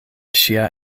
ŝia